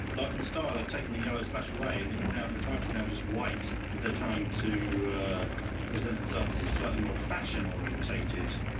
life and style have taken the yellow splash away and it now, the type is now just white because they're trying to present themselves as a slightly more fashion-orientated,